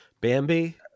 Bambi